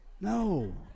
no